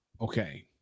Okay